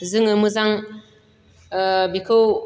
जोङो मोजां ओ बिखौ